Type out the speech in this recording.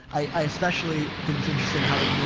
i, i especially think it's interesting how they, you